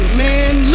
man